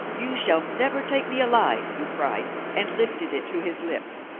you shall never take me alive, he cried, and lifted it to his lips.